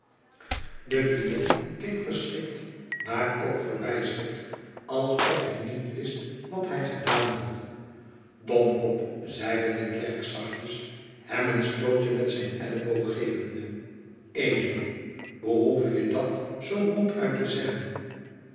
de client keek verschrikt maar ook verbijsterd alsof hij niet wist wat hij gedaan had domkopl zeide de klerk zachtjes hem een stootje met zijn elleboog gevende ezeljbehoef je dat zoo ronduit te zeggen